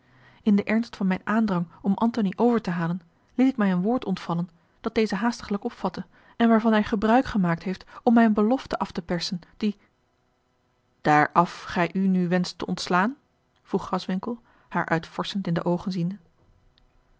in den ernst van mijn aandrang om antony over te halen liet ik mij een woord ontvallen dat deze haastiglijk opvatte en waarvan hij gebruik gemaakt heeft om mij eene belofte af te persen die daar af gij u nu wenscht te ontslaan vroeg graswinckel haar uitvorschend in de oogen ziende